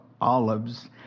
Olives